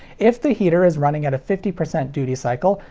if the heater is running at a fifty percent duty cycle,